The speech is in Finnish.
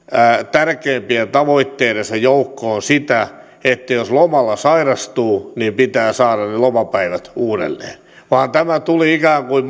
tärkeimpien tavoitteidensa joukkoon sitä että jos lomalla sairastuu niin pitää saada ne lomapäivät uudelleen vaan tämä tuli ikään kuin